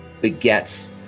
begets